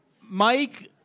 Mike